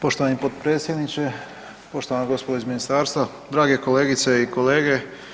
Poštovani potpredsjedniče, poštovana gospodo iz ministarstva, drage kolegice i kolege.